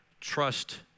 trust